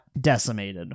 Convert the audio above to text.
decimated